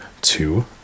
two